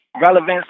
Relevance